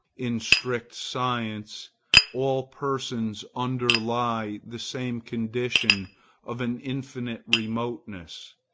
in strict science all persons underlie the same condition of an infinite remoteness.